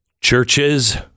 Churches